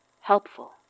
helpful